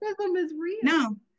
No